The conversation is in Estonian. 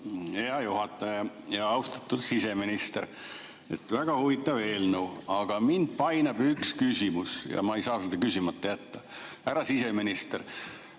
Hea juhataja! Austatud siseminister! Väga huvitav eelnõu, aga mind painab üks küsimus ja ma ei saa seda küsimata jätta. Härra siseminister,